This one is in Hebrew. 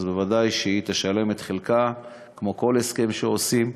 היא בוודאי תשלם את חלקה, כמו בכל הסכם שעושים,